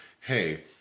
hey